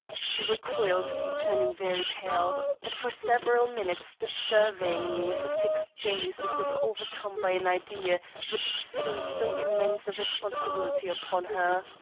she recoiled, turning very pale, and for several minutes stood surveying me with a fixed gaze as if overcome by an idea which threw so immense a responsibility upon her.